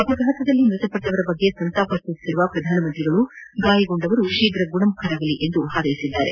ಅಪಘಾತದಲ್ಲಿ ಮೃತಪಟ್ಟವರ ಬಗ್ಗೆ ಸಂತಾಪ ಸೂಚಿಸಿರುವ ಪ್ರಧಾನ ಮಂತ್ರಿ ಗಾಯಗೊಂಡವರು ಶೀಘ್ರ ಗುಣಮುಖರಾಗುವಂತೆ ಹಾರೈಸಿದ್ದಾರೆ